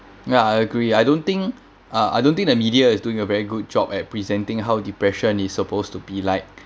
ya I agree I don't think uh I don't think the media is doing a very good job at presenting how depression is supposed to be like